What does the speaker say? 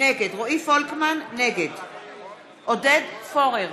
נגד עודד פורר,